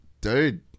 Dude